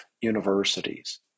universities